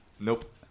Nope